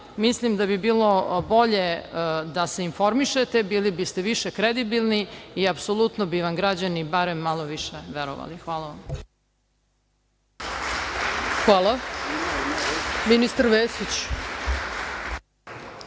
mislim da bi bilo bolje da se informišete, bili biste više kredibilni i apsolutno bi vam građani barem malo više verovali. Hvala vam. **Ana Brnabić**